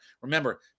Remember